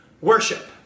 worship